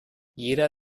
jeder